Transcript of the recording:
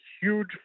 huge